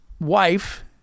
wife